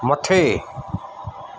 मथे